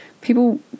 people